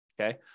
okay